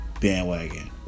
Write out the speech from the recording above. bandwagon